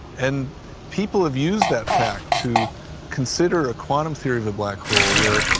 and people have used that fact to consider a quantum theory of the black hole where,